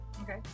Okay